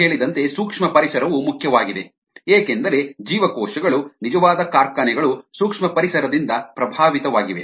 ನಾವು ಹೇಳಿದಂತೆ ಸೂಕ್ಷ್ಮಪರಿಸರವು ಮುಖ್ಯವಾಗಿದೆ ಏಕೆಂದರೆ ಜೀವಕೋಶಗಳು ನಿಜವಾದ ಕಾರ್ಖಾನೆಗಳು ಸೂಕ್ಷ್ಮಪರಿಸರದಿಂದ ಪ್ರಭಾವಿತವಾಗಿವೆ